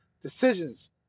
decisions